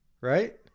right